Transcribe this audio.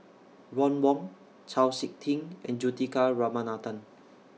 Ron Wong Chau Sik Ting and Juthika Ramanathan